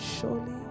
Surely